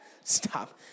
Stop